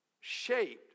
shaped